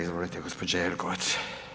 Izvolite gospođo Jelkovac.